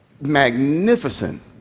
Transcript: magnificent